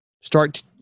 Start